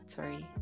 Sorry